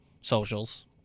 socials